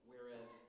Whereas